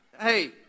Hey